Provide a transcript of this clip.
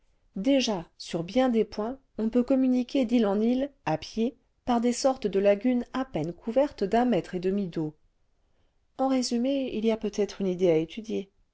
déjà sur bien des points on peut communiquer le vingtième siècle d'île en île à pied par des sortes de lagunes à peine couvertes d'un mètre et demi d'eau en résumé il y a peut-être une idée à'étudier